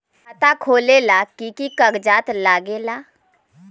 खाता खोलेला कि कि कागज़ात लगेला?